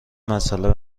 مسأله